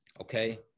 Okay